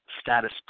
status